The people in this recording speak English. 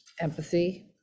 empathy